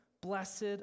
Blessed